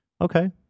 okay